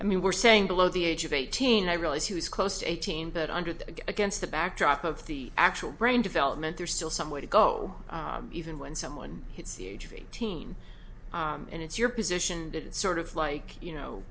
i mean we're saying below the age of eighteen i realize who is close to eighteen but under the against the backdrop of the actual brain development there's still some way to go even when someone hits the age of eighteen and it's you're positioned in sort of like you know